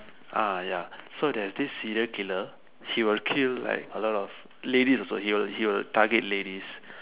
ah ya so there's this serial killer he will kill like a lot of ladies also he will he will target ladies